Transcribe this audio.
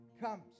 comes